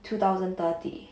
two thousand thirty